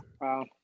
Wow